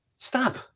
stop